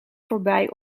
voorbij